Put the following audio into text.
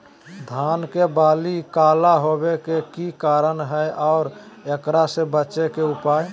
धान के बाली काला होवे के की कारण है और एकरा से बचे के उपाय?